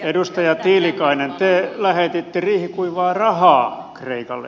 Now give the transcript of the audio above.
edustaja tiilikainen te lähetitte riihikuivaa rahaa kreikalle